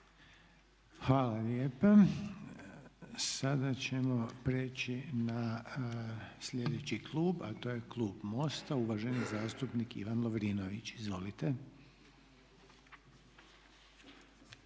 Hvala lijepa. Sada ćemo prijeći na sljedeći klub a to je klub MOST-a, uvaženi zastupnik Ivan Lovrinović.